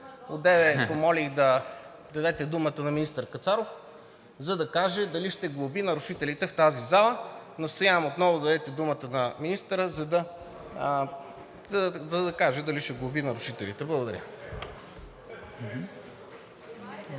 Одеве помолих да дадете думата на министър Кацаров, за да каже дали ще глоби нарушителите в тази зала. Настоявам отново да дадете думата на министъра, за да каже дали ще глоби нарушителите. Благодаря.